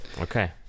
Okay